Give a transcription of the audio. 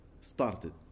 started